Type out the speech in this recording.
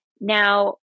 Now